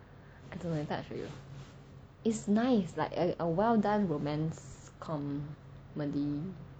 I don't know leh thought it's real it's nice like a well done romance comedy